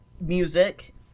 music